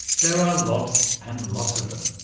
there are lots and lots of them.